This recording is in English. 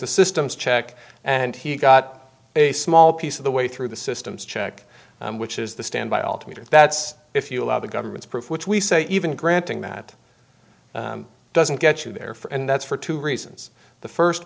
the systems check and he got a small piece of the way through the systems check which is the standby alternator that's if you allow the government's proof which we say even granting that doesn't get you there for and that's for two reasons the first